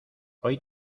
hoy